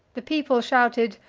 the people shouted,